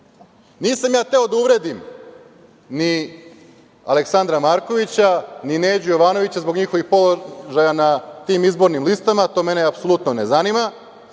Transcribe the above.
ja hteo da uvredim ni Aleksandra Markovića, ni Neđu Jovanovića zbog njihovih položaja na tim izbornim listama, to mene apsolutno ne zanima,